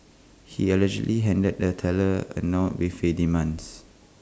he allegedly handed the teller A note with his demands